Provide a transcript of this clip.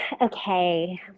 Okay